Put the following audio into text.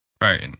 Right